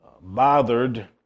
bothered